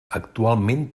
actualment